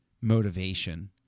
motivation